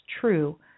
true